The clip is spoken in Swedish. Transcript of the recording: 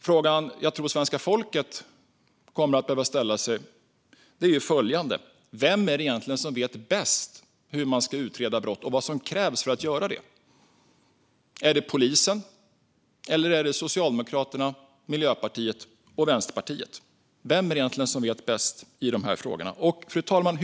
Frågan jag tror att svenska folket kommer att behöva ställa sig är följande: Vem är det egentligen som vet bäst hur man ska utreda brott och vad som krävs för att göra det? Är det polisen, eller är det Socialdemokraterna, Miljöpartiet och Vänsterpartiet? Vem är det egentligen som vet bäst i de här frågorna? Fru talman!